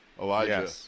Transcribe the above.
Elijah